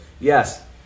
Yes